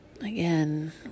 Again